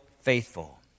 faithful